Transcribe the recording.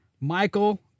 Michael